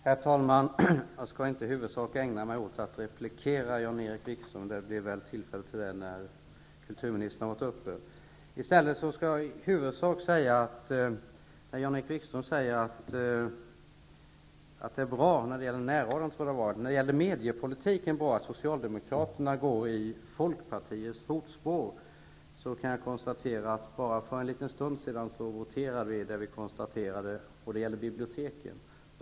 Herr talman! Jag skall inte i huvudsak ägna mig åt att replikera Jan-Erik Wikström. Det blir väl tillfälle till repliker när kulturministern varit uppe i talarstolen. Jan-Erik Wikström säger att det är bra att Socialdemokraterna går i Folkpartiets fotspår när det gäller mediapolitiken. Då kan jag konstatera att för bara en liten stund sedan voterade vi angående biblioteken.